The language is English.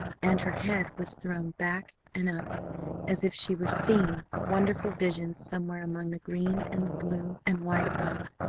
and her head was thrown back and up as if she were seeing wonderful visions somewhere among the green, and the blue and white above.